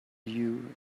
you